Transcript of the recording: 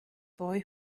boy